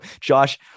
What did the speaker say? Josh